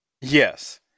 yes